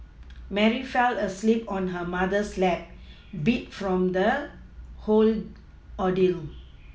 Mary fell asleep on her mother's lap beat from the whole ordeal